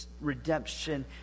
redemption